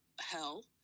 hell